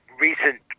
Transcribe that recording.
recent